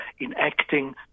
enacting